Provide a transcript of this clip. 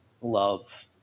love